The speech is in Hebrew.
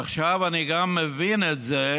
עכשיו אני גם מבין את זה,